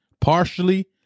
Partially